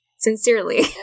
Sincerely